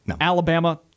Alabama